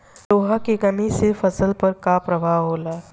लोहा के कमी से फसल पर का प्रभाव होला?